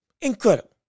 Incredible